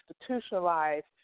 institutionalized